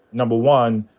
number one,